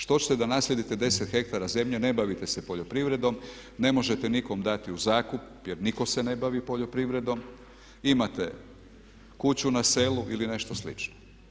Što ćete da naslijedite 10 ha zemlje, ne bavite se poljoprivredom, ne možete nikom dati u zakup jer nitko se ne bavi poljoprivredom, imate kuću na selu ili nešto slično.